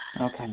Okay